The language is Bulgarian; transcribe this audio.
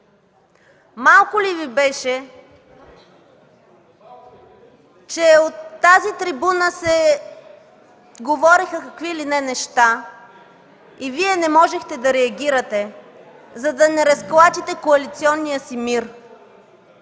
Малко ли Ви беше, че от тази трибуна се говореха какви ли не неща и Вие не можехте да реагирате, за да не разклатите коалиционния си мир?